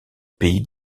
pays